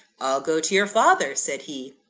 i'll go to your father said he.